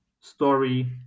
story